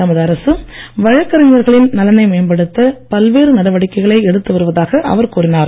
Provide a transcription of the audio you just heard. தமது அரசு வழக்கறிஞர்களின் நலனை மேம்படுத்த பல்வேறு நடவடிக்கைகளை எடுத்து வருவதாக அவர் கூறினார்